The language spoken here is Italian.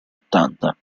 ottanta